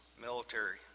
military